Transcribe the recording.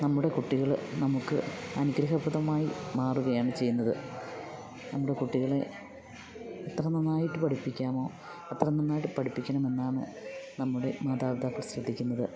നമ്മുടെ കുട്ടികൾ നമുക്ക് അനുഗ്രഹപ്രദമായി മാറുകയാണ് ചെയ്യുന്നത് നമ്മുടെ കുട്ടികൾ എത്ര നന്നായിട്ട് പഠിപ്പിക്കാമോ അത്ര നന്നായിട്ട് പഠിപ്പിക്കണമെന്നാണ് നമ്മുടെ മാതാപിതാക്കൾ ശ്രദ്ധിക്കുന്നത്